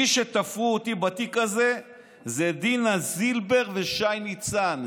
מי שתפרו אותי בתיק הזה הם דינה זילבר ושי ניצן,